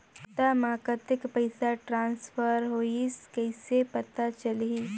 खाता म कतेक पइसा ट्रांसफर होईस कइसे पता चलही?